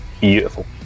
beautiful